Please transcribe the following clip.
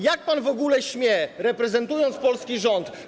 Jak pan w ogóle śmie, reprezentując polski rząd.